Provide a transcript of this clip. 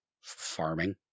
farming